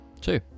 Two